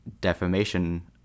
defamation